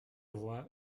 roi